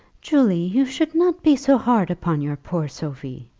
julie, you should not be so hard upon your poor sophie.